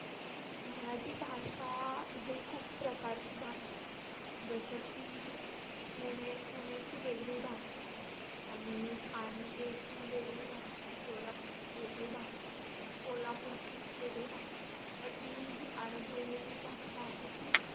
मराठी भाषा ही खूप प्रकारची भाषा आहे जसं की पुणे पुणेची वेगळी भाषा आहे आणि खान्देशी वेगळी भाषा आहे सोलापूरची वेगळी भाषा आहे कोल्हापूरची वेगळी भाषा आहे बट मी जी अनुभवलेली भाषा आहे ती